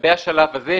לגבי השלב הזה,